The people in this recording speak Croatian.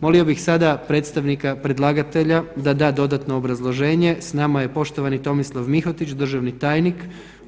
Molio bih sada predstavnika predlagatelja da da dodatno obrazloženje, s nama je poštovani Tomislav Mihotić, državni tajnik